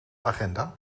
agenda